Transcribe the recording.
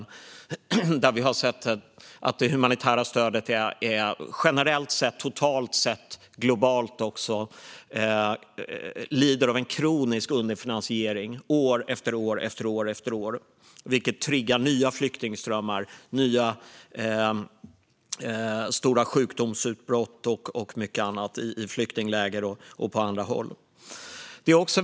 Vi har år efter år sett att det humanitära stödet totalt sett, även globalt, lider av kronisk underfinansiering. Det triggar nya flyktingströmmar, nya stora sjukdomsutbrott och mycket annat, i flyktingläger och på andra håll. Fru talman!